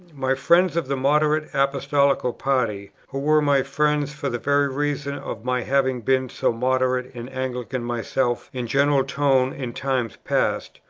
my friends of the moderate apostolical party, who were my friends for the very reason of my having been so moderate and anglican myself in general tone in times past,